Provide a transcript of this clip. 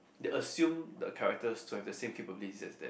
they assume the characters to have the same capabilities as them